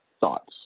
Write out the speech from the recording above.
thoughts